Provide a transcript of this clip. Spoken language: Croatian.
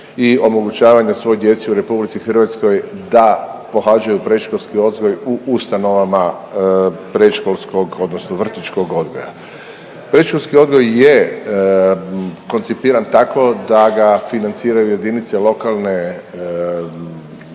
i omogućavanja svoj djeci u RH da pohađaju predškolski odgoj u ustanovama predškolskog odnosno vrtićkog odgoja. Predškolski odgoj je koncipiran tako da ga financiraju jedinice lokalne